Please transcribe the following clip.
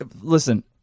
listen